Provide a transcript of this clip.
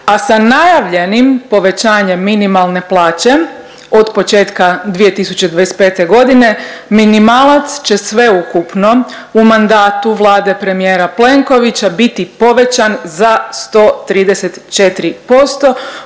a sa najavljenim povećanjem minimalne plaće od početka 2025. godine minimalac će sveukupno u mandatu Vlade premijera Plenkovića biti povećan za 134%